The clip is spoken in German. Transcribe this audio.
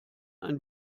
ein